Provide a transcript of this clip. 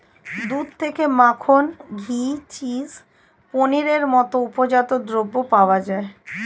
দুধ থেকে মাখন, ঘি, চিজ, পনিরের মতো উপজাত দ্রব্য পাওয়া যায়